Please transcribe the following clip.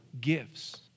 gifts